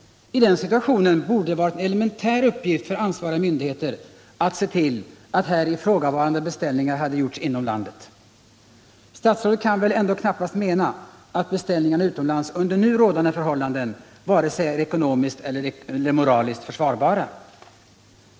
I den situationen borde det vara en elementär uppgift för ansvariga myndigheter att se till att ifrågavarande beställningar hade gjorts inom landet. Statsrådet kan väl knappast mena att beställningarna utomlands under nu rådande förhållanden är ekonomiskt eller moraliskt försvarbara.